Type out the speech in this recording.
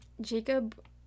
Jacob